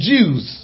Jews